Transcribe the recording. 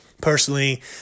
personally